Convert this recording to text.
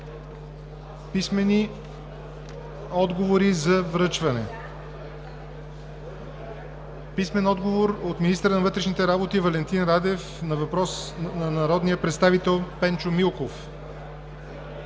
Писмени отговори за връчване от: - министъра на вътрешните работи Валентин Радев на въпрос от народния представител Пенчо Милков;